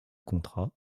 contrat